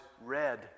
red